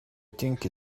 think